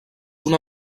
una